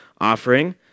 offering